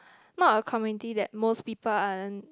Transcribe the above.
not a community that most people are